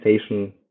station